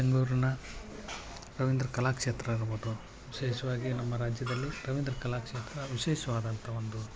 ಬೆಂಗಳೂರಿನ ರವೀಂದ್ರ ಕಲಾಕ್ಷೇತ್ರ ಇರ್ಬೋದು ವಿಶೇಷವಾಗಿ ನಮ್ಮ ರಾಜ್ಯದಲ್ಲಿ ರವೀಂದ್ರ ಕಲಾಕ್ಷೇತ್ರ ವಿಶೇಷವಾದಂಥ ಒಂದು